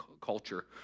culture